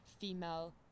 female